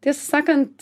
tiesą sakant